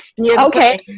Okay